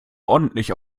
ordentlich